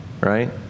right